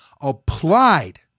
applied